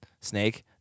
snake